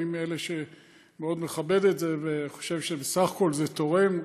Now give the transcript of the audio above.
אני מאלה שמאוד מכבדים את זה וחושב שבסך הכול זה תורם,